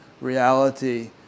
reality